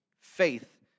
Faith